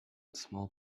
small